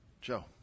Joe